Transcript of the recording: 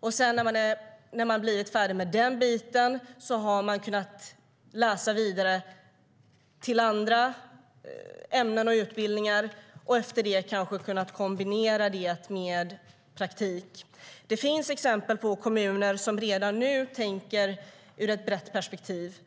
och först sedan man blivit färdig med detta har man kunnat läsa vidare i andra ämnen och på andra utbildningar, och efter det har man kunnat kombinera utbildningen med praktik. Det finns exempel på kommuner som redan nu tänker ur ett brett perspektiv.